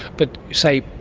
but, say,